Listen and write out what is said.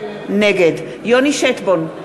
נגד יוני שטבון,